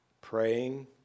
praying